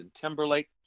Timberlake